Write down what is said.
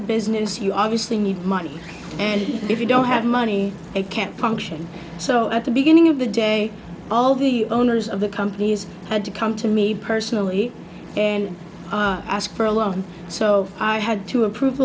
a business you obviously need money and if you don't have money it can't puncture and so at the beginning of the day all the owners of the companies had to come to me personally and ask for a loan so i had to approv